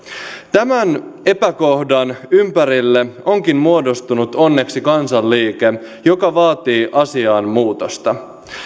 tämän epäkohdan ympärille onkin muodostunut onneksi kansanliike joka vaatii asiaan muutosta